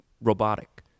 robotic